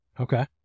okay